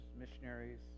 missionaries